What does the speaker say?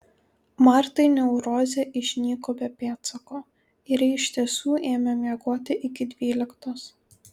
martai neurozė išnyko be pėdsako ir ji iš tiesų ėmė miegoti iki dvyliktos